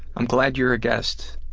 i'm glad you're a guest,